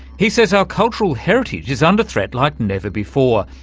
he says our cultural heritage is under threat like never before,